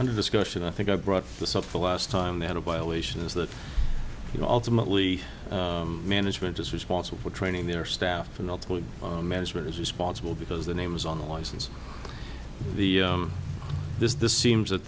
under discussion i think i brought this up the last time they had a violation is that you know ultimately management is responsible for training their staff and ultimately management is responsible because the names on the license the this this seems that